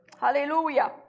Hallelujah